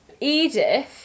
Edith